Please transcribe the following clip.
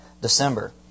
December